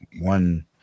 one